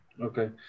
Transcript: Okay